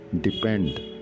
depend